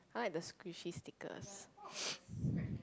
I like the squishy stickers